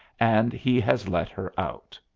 and he has let her out.